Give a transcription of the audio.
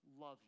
love